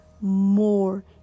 more